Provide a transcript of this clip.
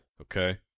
Okay